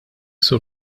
sur